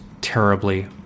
terribly